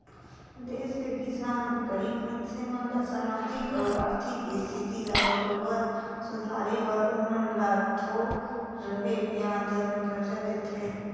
देस के किसान अउ गरीब मइनसे मन ल सामाजिक अउ आरथिक इस्थिति ल बरोबर सुधारे बर ओमन ल थो रहें बियाज दर में करजा देथे